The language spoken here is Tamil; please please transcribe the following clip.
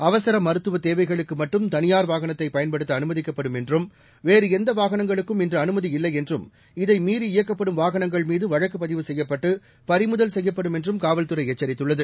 அவர் மருத்துவ தேவைகளுக்கு மட்டும் தனியார் வாகனத்தை பயன்படுத்த அனுமதிக்கப்படும் என்றும் வேறு எந்த வாகனங்களுக்கும் இன்று அனுமதியில்லை என்றும் இதை மீறி இயக்கப்படும் வாகனங்கள்மீது வழக்குப் பதிவு செய்யப்பட்டு பறிமுதல் செய்யப்படும் என்றும் காவல்துறை எச்சரித்துள்ளது